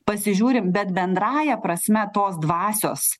pasižiūrim bet bendrąja prasme tos dvasios